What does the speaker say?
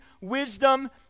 wisdom